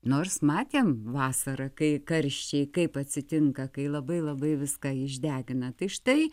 nors matėm vasarą kai karščiai kaip atsitinka kai labai labai viską išdegina tai štai